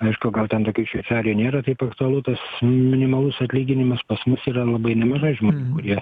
aišku gal ten tokioj šveicarijoj nėra taip aktualu tas minimalus atlyginimas pas mus yra labai nemažai žmonių kurie